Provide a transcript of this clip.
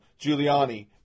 Giuliani